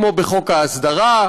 כמו בחוק ההסדרה,